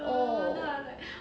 oh